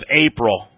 April